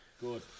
Good